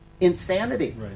insanity